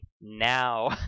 now